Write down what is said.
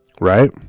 right